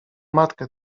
matkę